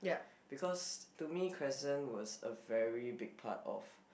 because to me Crescent was a very big part of